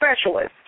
specialist